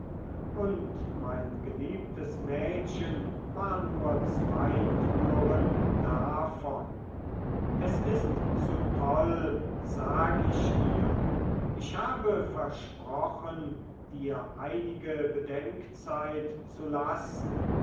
und mein geliebtes mädchen war nur zwei türen davon es ist zu toll sag ich dir ich habe versprochen dir einige bedenkzeit zu lassen